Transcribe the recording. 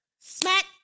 Smack